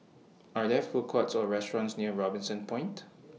Are There Food Courts Or restaurants near Robinson Point